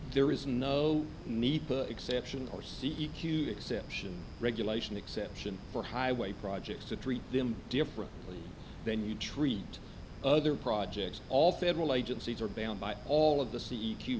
there is no need exception or c e q exception regulation exception for highway projects to treat them differently than you treat other projects all federal agencies are bound by all of the